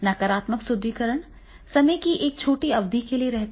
नकारात्मक सुदृढीकरण समय की एक छोटी अवधि के लिए रहता है